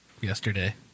yesterday